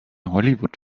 hollywood